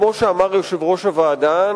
כמו שאמר יושב-ראש הוועדה,